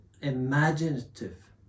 imaginative